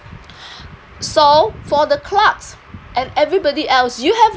so for the clerks and everybody else you have